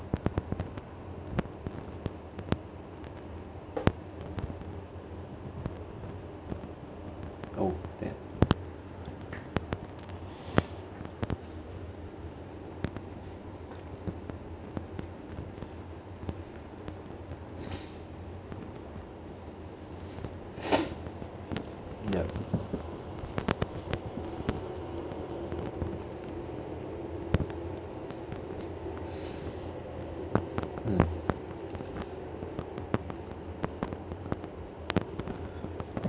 oh that yup mm